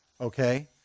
okay